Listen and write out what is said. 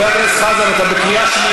(חבר הכנסת עיסאווי פריג' יוצא מאולם